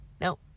No